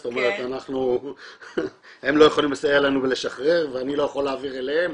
זאת אומרת הם לא יכולים לסייע לנו ולשחרר ואני לא יכול להעביר אליהם,